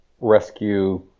rescue